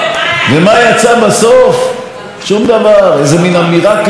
איזו מין אמירה כזאת: כישלונה של הממשלה בתחום המדיני,